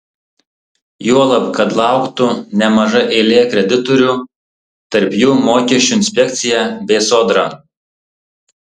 juolab kad lauktų nemaža eilė kreditorių tarp jų mokesčių inspekcija bei sodra